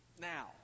now